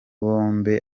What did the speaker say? bombe